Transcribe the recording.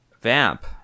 vamp